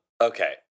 Okay